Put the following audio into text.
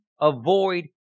avoid